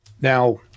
Now